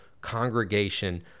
congregation